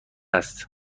است